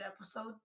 episode